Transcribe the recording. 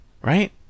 right